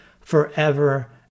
forever